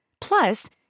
Plus